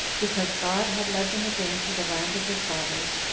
because god had led them again to the land of their fathers,